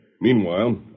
Meanwhile